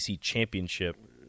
championship